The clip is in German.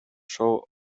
show